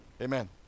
amen